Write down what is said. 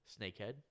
snakehead